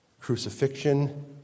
crucifixion